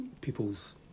people's